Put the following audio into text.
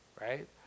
right